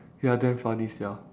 ya damn funny sia